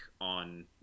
on